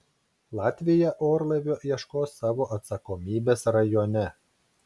latvija orlaivio ieškos savo atsakomybės rajone